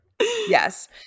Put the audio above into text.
Yes